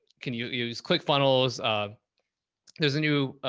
can you use click funnels? um there's a new,